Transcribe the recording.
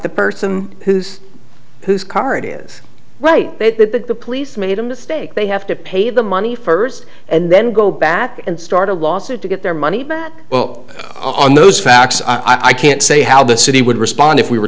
the person whose whose car it is write it that the police made a mistake they have to pay the money first and then go back and start a lawsuit to get their money well on those facts i can't say how the city would respond if we were